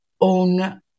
own